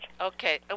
Okay